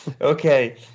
Okay